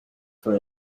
for